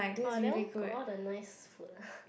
!wah! that one got all the nice food eh